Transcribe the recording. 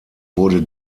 wurde